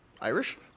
Irish